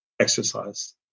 exercise